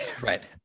right